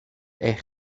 eich